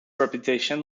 reputation